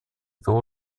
того